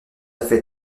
fait